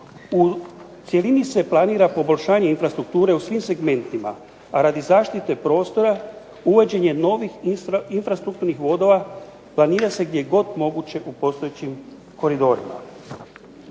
u cjelini se planira poboljšanje infrastrukture po svim segmentima. Radi zaštite prostora, uvođenje novih infrastrukturnih vodova, planira se gdje je god moguće u postojećim koridorima.